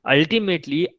Ultimately